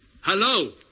Hello